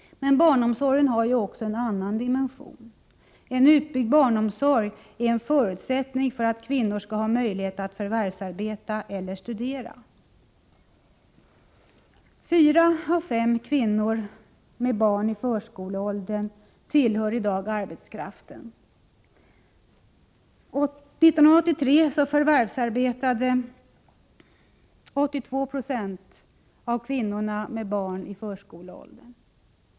Men barnomsorgen har ju också en annan dimension. En utbyggd barnomsorg är en förutsättning för att kvinnor skall ha möjlighet att förvärvsarbeta eller studera. Fyra av fem kvinnor med barn i förskoleåldern tillhör i dag arbetskraften. År 1983 förvärvsarbetade 82 90 av kvinnorna med barn i förskoleåldern.